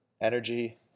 energy